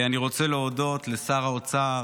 אני רוצה להודות לשר האוצר